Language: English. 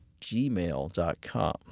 gmail.com